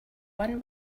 one